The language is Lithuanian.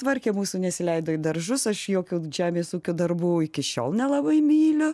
tvarkė mūsų nesileido į daržus aš jokių žemės ūkio darbų iki šiol nelabai myliu